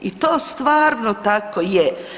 I to stvarno tako je.